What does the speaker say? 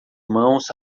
mãos